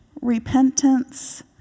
repentance